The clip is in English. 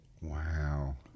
wow